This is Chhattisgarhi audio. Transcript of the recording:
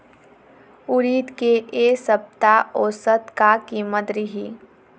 उरीद के ए सप्ता औसत का कीमत रिही?